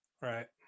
Right